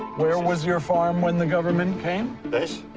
where was your farm when the government came? this.